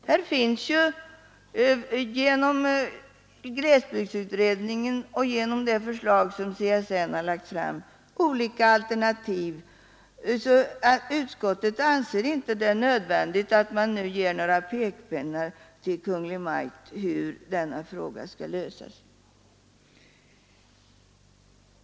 Här finns ju, genom glesbygdsutredningen och genom det förslag som CSN har lagt fram, olika alternativ, och utskottet anser det därför inte nu vara nödvändigt med några pekpinnar till Kungl. Maj:t när det gäller hur denna fråga skall lösas.